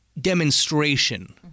demonstration